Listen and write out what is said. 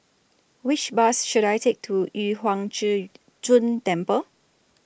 Which Bus should I Take to Yu Huang Zhi Zun Temple